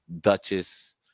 Duchess